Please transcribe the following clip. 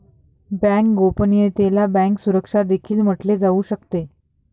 bank गोपनीयतेला bank सुरक्षा देखील म्हटले जाऊ शकते